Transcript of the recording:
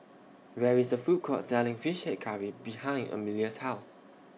There IS A Food Court Selling Fish Head Curry behind Amelia's House